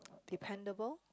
dependable